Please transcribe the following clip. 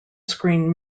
screen